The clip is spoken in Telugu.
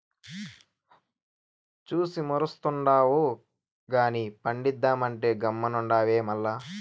చూసి మురుస్తుండావు గానీ పండిద్దామంటే గమ్మునుండావే మల్ల